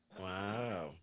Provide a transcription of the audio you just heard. wow